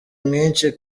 mwinshi